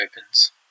opens